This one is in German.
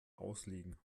auslegen